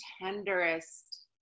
tenderest